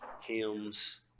hymns